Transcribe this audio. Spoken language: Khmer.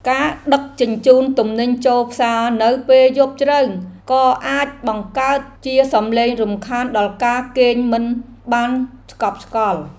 ការដឹកជញ្ជូនទំនិញចូលផ្សារនៅពេលយប់ជ្រៅក៏អាចបង្កើតជាសំឡេងរំខានដល់ការគេងមិនបានស្កប់ស្កល់។